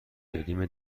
گلیم